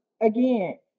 again